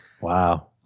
Wow